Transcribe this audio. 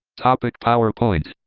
topic powerpoint,